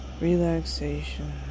relaxation